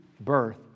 birth